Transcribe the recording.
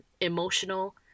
emotional